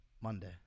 Monday